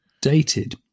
dated